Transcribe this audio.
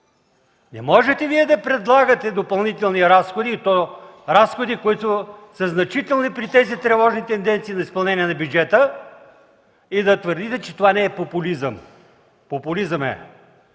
Не можете Вие да предлагате допълнителни разходи, и то разходи, които са значителни при тези тревожни тенденции за изпълнение на бюджета, и да твърдите, че това не е популизъм. Популизъм е!